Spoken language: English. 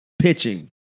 pitching